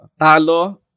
Talo